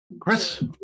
Chris